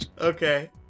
Okay